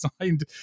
signed